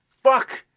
fuck!